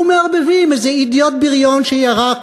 ומערבבים איזה אידיוט בריון שירק